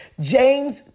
James